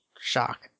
shock